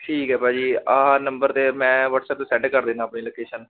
ਠੀਕ ਹੈ ਭਾਅ ਜੀ ਆਹ ਨੰਬਰ 'ਤੇ ਮੈਂ ਵੱਟਸਐਪ 'ਤੇ ਸੈਂਡ ਕਰ ਦਿੰਦਾ ਆਪਣੀ ਲੋਕੇਸ਼ਨ